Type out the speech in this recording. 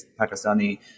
Pakistani